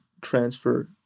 transfer